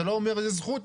אתה לא אומר שזאת זכות,